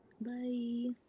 Bye